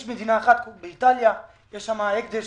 יש מדינה אחת שיש בה הקדש,